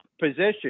position